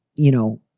you know,